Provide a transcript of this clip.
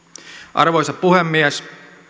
arvoisa puhemies